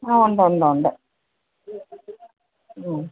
ആ ഉണ്ട് ഉണ്ട് ഉണ്ട് ഉം